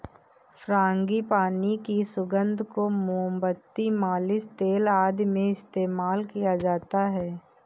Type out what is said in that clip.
frangipani की सुगंध को मोमबत्ती, मालिश तेल आदि में इस्तेमाल किया जाता है